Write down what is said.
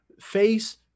face